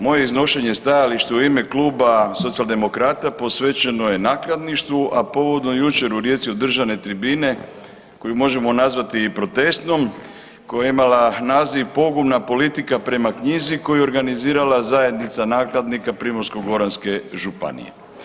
Moje iznošenje stajališta u ime kluba Socijaldemokrata posvećeno je nakladništvu, a povodom jučer u Rijeci održane tribine koju možemo nazvati i protestnom, koja je imala naziv „Pogubna politika prema knjizi“ koju je organizirala zajednica nakladnika Primorsko-goranske županije.